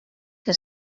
que